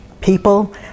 people